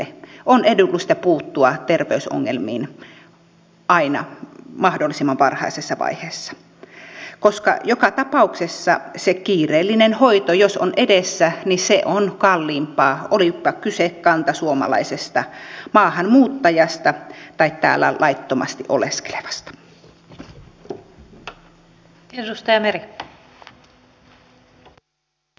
on edullista puuttua terveysongelmiin aina mahdollisimman varhaisessa vaiheessa koska joka tapauksessa jos se kiireellinen hoito on edessä se on kalliimpaa olipa kyse kantasuomalaisesta maahanmuuttajasta tai täällä laittomasti oleskelevasta